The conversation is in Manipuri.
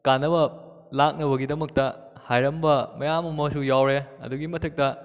ꯀꯥꯟꯅꯕ ꯂꯥꯛꯅꯕꯒꯤꯗꯃꯛꯇ ꯍꯥꯏꯔꯝꯕ ꯃꯌꯥꯝ ꯑꯃꯁꯨ ꯌꯥꯎꯔꯦ ꯑꯗꯨꯒꯤ ꯃꯊꯛꯇ